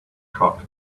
caught